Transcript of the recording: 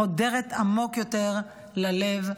חודרת עמוק ללב השנה,